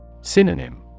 Synonym